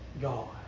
God